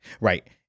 Right